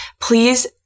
please